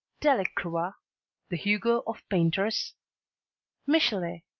delacroix the hugo of painters michelet,